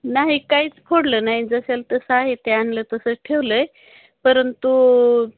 नाही काहीच फोडलं नाही जसेल तसं आहे ते आणलं तसंच ठेवलं आहे परंतु